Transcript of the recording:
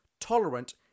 tolerant